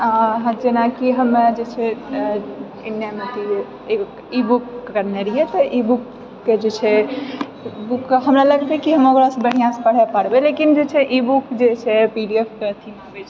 जेनाकि हमरा जे छै हमे ई बुक पढ़ने रहियै तऽ ई बुकके जे छै बुकके हमरा लगतै कि हँ ओकरा बढ़िआँसँ पढ़ै पाड़बै लेकिन जे छै ई बुक जे छै पीडीएफके एथी होइ छै